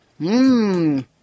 Mmm